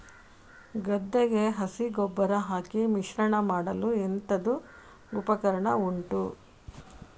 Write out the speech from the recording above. ಗದ್ದೆಗೆ ಹಸಿ ಗೊಬ್ಬರ ಹಾಕಿ ಮಿಶ್ರಣ ಮಾಡಲು ಎಂತದು ಉಪಕರಣ ಉಂಟು?